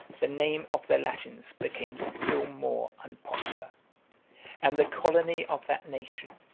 the name of the latins became still more unpopular and the colony of that nation,